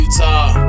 Utah